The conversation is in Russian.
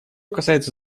касается